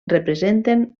representen